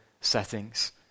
settings